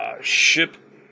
ship